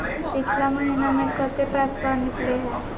पिछला महिना मे कते पैसबा निकले हैं?